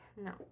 No